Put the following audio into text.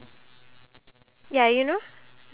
okay sure